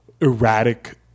erratic